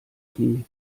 knie